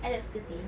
I tak suka seh